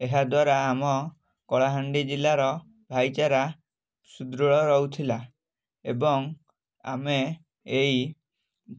ଏହାଦ୍ଵାରା ଆମ କଳାହାଣ୍ଡି ଜିଲ୍ଲାର ଭାଇଚାରା ସୁଦୃଢ ରହୁଥିଲା ଏବଂ ଆମେ ଏଇ